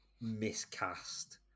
miscast